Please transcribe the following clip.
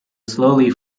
slowly